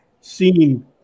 seen